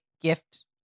gift